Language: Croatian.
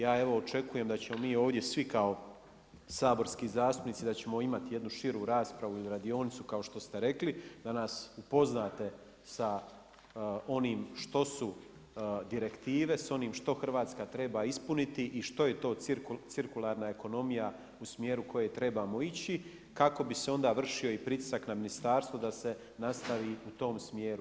Ja evo očekujem da ćemo mi ovdje svi kao saborski zastupnici da ćemo imati jednu širu raspravu ili radionicu kao što ste rekli, da nas upoznate sa onim što su direktive, s onim što Hrvatska treba ispuniti i što je to cirkularna ekonomija u smjeru u kojem trebamo ići kako bi se onda vršio i pritisak na ministarstvo da se nastavi i u tom smjeru.